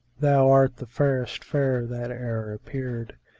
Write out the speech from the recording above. thou art the fairest fair that e'er appeared,